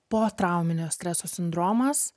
potrauminio streso sindromas